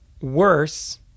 worse